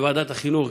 בוועדת החינוך,